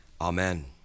Amen